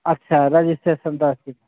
अच्छा रजिस्ट्रेशन दस दिन